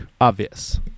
Obvious